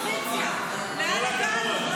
כל הכבוד,